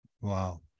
Wow